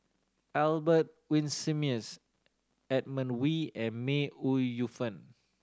Albert Winsemius Edmund Wee and May Ooi Yu Fen